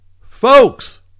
Folks